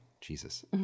jesus